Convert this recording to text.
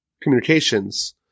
communications